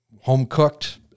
home-cooked